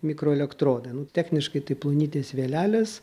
mikroelektrodai nu techniškai tai plonytės vėlelės